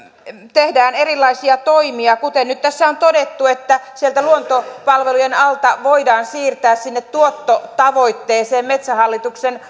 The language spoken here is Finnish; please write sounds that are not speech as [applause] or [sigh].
tehdään erilaisia toimia kuten nyt tässä on todettu että sieltä luontopalvelujen alta voidaan siirtää sinne tuottotavoitteeseen metsähallituksen [unintelligible]